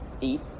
eat